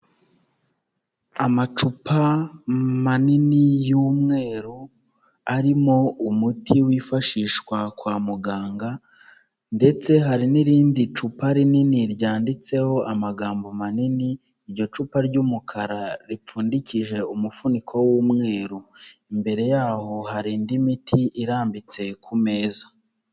Amacupa manini y'umweru arimo umuti wifashishwa kwa muganga ndetse hari n'irindi cupa rinini ryanditseho amagambo manini, iryo cupa ry'umukara ripfundikije umufuniko w'umweru, imbere yaho hari indi miti irambitse ku meza.